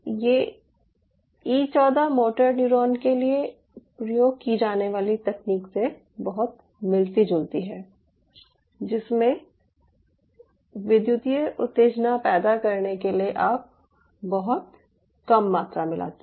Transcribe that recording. ये E 14 motor neuron के लिए प्रयोग की जाने वाली तकनीक से बहुत मिलती जुलती है जिसमे विद्युतीय उत्तेजना पैदा करने के लिए आप बहुत कम मात्रा मिलाते हैं